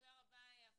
תודה רבה, אביבית.